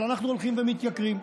אבל אנחנו הולכים ומתייקרים.